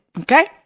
Okay